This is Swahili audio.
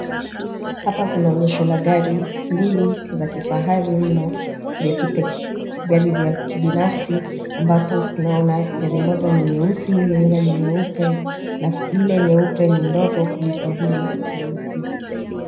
Hapa kuna onyesho la gari mbili za kifahari mno gari la kibinafsi ambapo tunaona gari moja ni nyeusi na lingine nyeupe ,na ile nyeupe ni ndogo kuliko hili nyeusi.